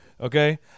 Okay